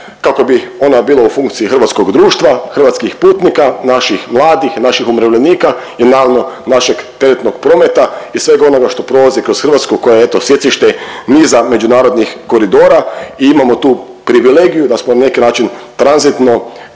kako bi ona bila u funkciji hrvatskog društva, hrvatskih putnika, naših mladih, naših umirovljenika i naravno našeg teretnog prometa i svega onoga što prolazi kroz Hrvatsku koja je eto sjecište niza međunarodnih koridora. I imamo tu privilegiju da smo na neki način tranzitno